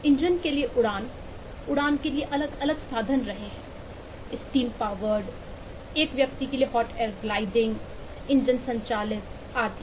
engine के लिए उड़ान उड़ान के अलग अलग साधन रहे हैं स्टीम पावर्ड एक व्यक्ति के लिए हॉट एयर ग्लाइडिं इंजन संचालित आदि